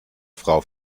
frau